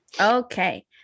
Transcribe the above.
Okay